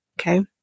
Okay